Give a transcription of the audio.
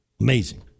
amazing